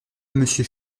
monsieur